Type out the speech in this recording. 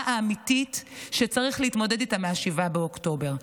האמיתית שצריך להתמודד איתה מ-7 באוקטובר.